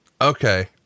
Okay